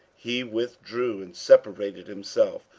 he withdrew and separated himself,